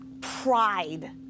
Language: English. pride